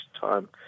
time